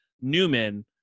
Newman